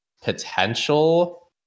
potential